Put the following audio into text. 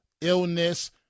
illness